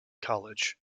college